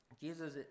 Jesus